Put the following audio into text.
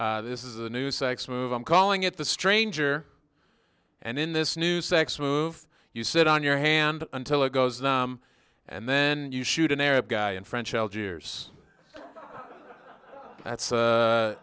this is a new sex move i'm calling it the stranger and in this new sex move you sit on your hand until it goes numb and then you shoot an arab guy in french algiers that's a